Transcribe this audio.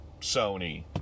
Sony